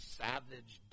savage